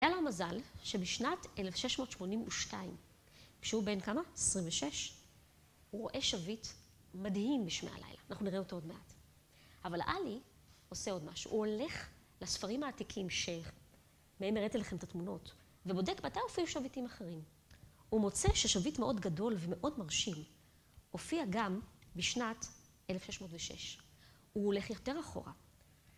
היה לו מזל שבשנת 1682, כשהוא בן כמה? 26, הוא רואה שביט מדהים בשמי הלילה. אנחנו נראה אותו עוד מעט. אבל עלי עושה עוד משהו. הוא הולך לספרים העתיקים שמהם הראתי לכם את התמונות, ובודק מתי הופיעו שביטים אחרים. הוא מוצא ששביט מאוד גדול ומאוד מרשים, הופיע גם בשנת 1606. הוא הולך יותר אחורה.